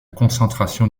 concentration